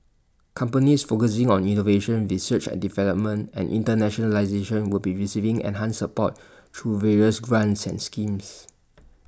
companies focusing on innovation research and development and internationalisation will be receiving enhanced support through various grants and schemes